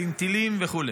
עם טילים וכו',